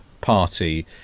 Party